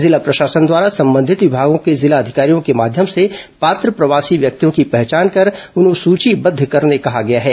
जिला प्रशासन द्वारा संबंधित विभागों के जिला अधिकारियों के माध्यम से पात्र प्रवासी व्यक्तियों की पहचान कर उन्हें सूचीबद्ध करने कहा गया है